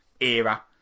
era